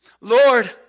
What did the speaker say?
Lord